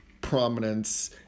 prominence